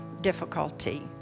difficulty